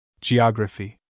Geography